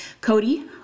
Cody